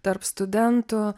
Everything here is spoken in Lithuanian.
tarp studentų